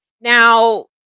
Now